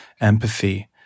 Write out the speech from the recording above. empathy